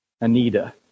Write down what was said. Anita